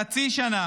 לקח חצי שנה